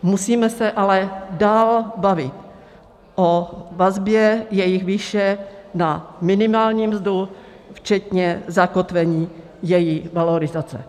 Musíme se ale dál bavit o vazbě jejich výše na minimální mzdu včetně zakotvení její valorizace.